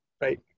right